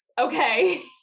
Okay